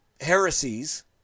heresies